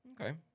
Okay